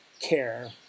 care